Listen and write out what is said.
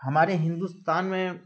ہمارے ہندوستان میں